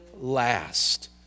last